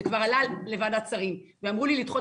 זה כבר עלה לוועדת שרים ואמרו לי לדחות